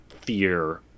fear